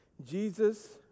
Jesus